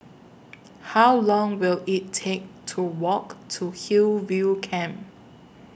How Long Will IT Take to Walk to Hillview Camp